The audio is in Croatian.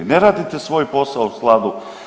Ne radite svoj posao u skladu.